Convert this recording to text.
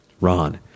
Ron